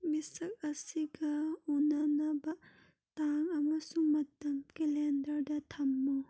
ꯃꯤꯁꯛ ꯑꯁꯤꯒ ꯎꯟꯅꯅꯕ ꯇꯥꯡ ꯑꯃꯁꯨꯡ ꯃꯇꯝ ꯀꯦꯂꯦꯟꯗꯔꯗ ꯊꯝꯃꯨ